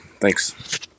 Thanks